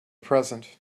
present